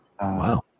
Wow